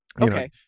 Okay